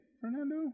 Fernando